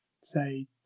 say